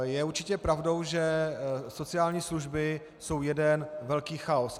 Je určitě pravdou, že sociální služby jsou jeden velký chaos.